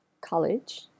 college